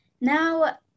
now